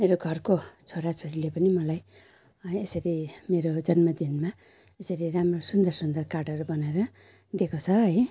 मेरो घरको छोरा छोरीले पनि मलाई है यसरी मेरो जन्मदिनमा यसरी राम्रो सुन्दर सुन्दर कार्डहरू बनाएर दिएको छ है